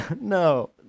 No